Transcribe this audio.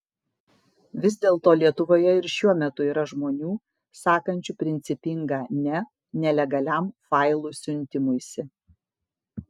vis dėlto lietuvoje ir šiuo metu yra žmonių sakančių principingą ne nelegaliam failų siuntimuisi